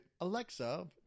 Alexa